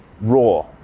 raw